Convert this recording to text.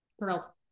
girl